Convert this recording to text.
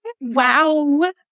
Wow